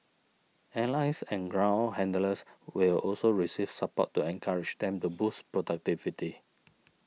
airlines and ground handlers will also receive support to encourage them to boost productivity